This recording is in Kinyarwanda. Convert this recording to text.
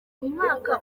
umwaka